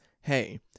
hey